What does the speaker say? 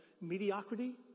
Mediocrity